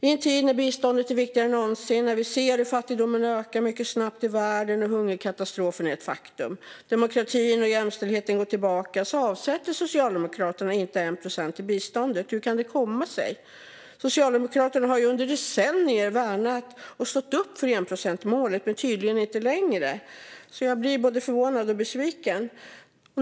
I en tid när biståndet är viktigare än någonsin, när vi ser hur fattigdomen ökar mycket snabbt i världen, hungerkatastroferna är ett faktum och demokratin och jämställdheten går tillbaka avsätter Socialdemokraterna inte 1 procent till biståndet. Hur kan det komma sig? Socialdemokraterna har under decennier värnat och stått upp för enprocentsmålet, men tydligen inte längre. Jag blir därför både förvånad och besviken.